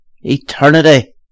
eternity